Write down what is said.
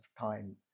time